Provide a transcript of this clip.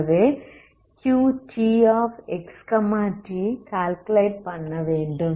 ஆகவேQtx t calculate பண்ணவேண்டும்